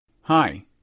Hi